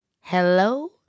hello